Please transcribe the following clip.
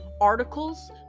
articles